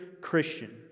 Christian